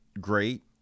great